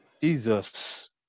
Jesus